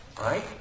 right